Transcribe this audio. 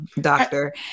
doctor